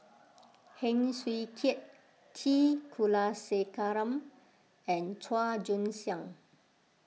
Heng Swee Keat T Kulasekaram and Chua Joon Siang